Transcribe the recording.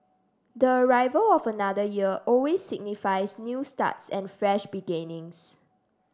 the arrival of another year always signifies new starts and fresh beginnings